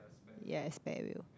yes spare wheel